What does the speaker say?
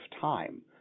time